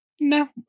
No